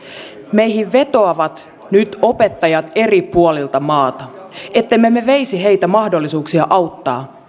meihin vetoavat nyt opettajat eri puolilta maata ettemme veisi heiltä mahdollisuuksia auttaa